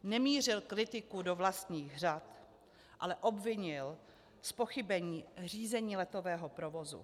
Nemířil kritiku do vlastních řad, ale obvinil z pochybení Řízení letového provozu.